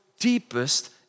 deepest